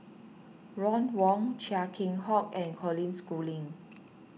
Ron Wong Chia Keng Hock and Colin Schooling